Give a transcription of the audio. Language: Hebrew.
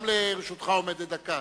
גם לרשותך עומדת דקה.